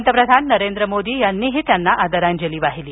पंतप्रधान नरेंद्र मोदी यांनीही त्यांना आदरांजली वाहिली